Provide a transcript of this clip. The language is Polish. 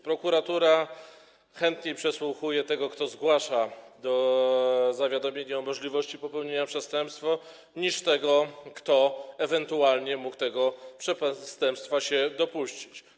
Prokuratura chętniej przesłuchuje tego, kto zgłasza zawiadomienie o możliwości popełnienia przestępstwa, niż tego, kto ewentualnie mógł tego przestępstwa się dopuścić.